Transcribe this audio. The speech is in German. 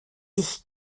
sich